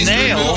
nail